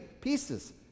pieces